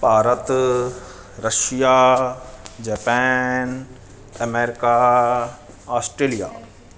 Bharat Russia Japan America Australia